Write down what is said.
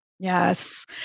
Yes